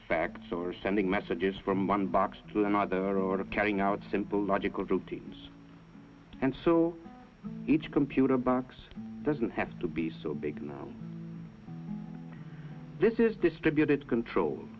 facts or sending messages from one box to another carrying out simple logical routines and so each computer box doesn't have to be so big this is distributed control